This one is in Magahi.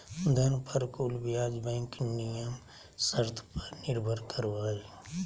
धन पर कुल ब्याज बैंक नियम शर्त पर निर्भर करो हइ